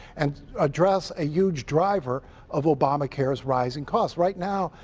and address a huge driver of obamacare's rising costs. right now,